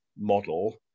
model